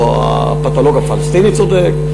או הפתולוג הפלסטיני צודק,